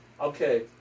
okay